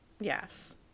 Yes